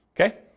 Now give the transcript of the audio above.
Okay